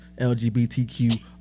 LGBTQ